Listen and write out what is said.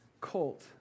colt